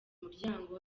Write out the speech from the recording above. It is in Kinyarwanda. muryango